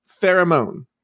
Pheromone